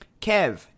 Kev